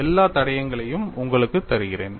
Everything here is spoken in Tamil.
எல்லா தடயங்களையும் உங்களுக்கு தருகிறேன்